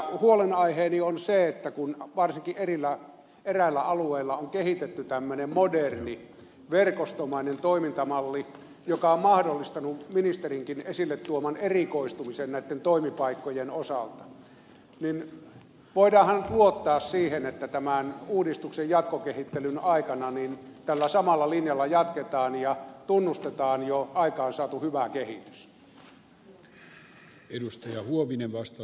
huolenaiheeni on se että kun varsinkin eräillä alueilla on kehitetty tämmöinen moderni verkostomainen toimintamalli joka on mahdollistanut ministerinkin esille tuoman erikoistumisen näitten toimipaikkojen osalta niin voidaanhan nyt luottaa siihen että tämän uudistuksen jatkokehittelyn aikana tällä samalla linjalla jatketaan ja tunnustetaan jo aikaansaatu hyvä kehitys